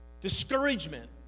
discouragement